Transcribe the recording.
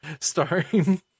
starring